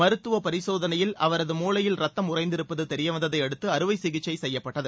மருத்துவ பரிசோதனையில் அவரது மூளையில் ரத்தம் உறைந்திருப்பது தெரியவந்ததை அடுத்து அறுவை சிகிச்சை செய்யப்பட்டது